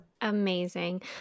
amazing